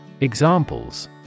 Examples